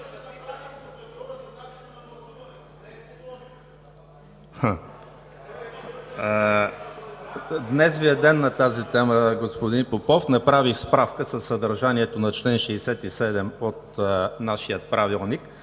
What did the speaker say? Днес Ви е ден на тази тема, господин Попов. Направих справка със съдържанието на чл. 67 от нашия правилник.